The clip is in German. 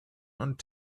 und